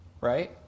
right